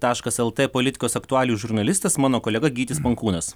taškas el tė politikos aktualijų žurnalistas mano kolega gytis pankūnas